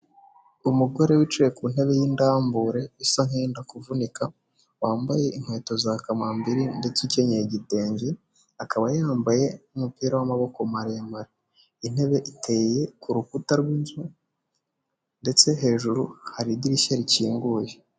Umugore wicaye ku ntebe y'indambure, isa n'iyenda kuvunika, wambaye inkweto za kamabiri ndetse ukenyeye igitenge, akaba yambaye umupira w'amaboko maremare, intebe iteye ku rukuta rw'inzu ndetse hejuru hari idirishya rikinguye.